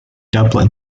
dublin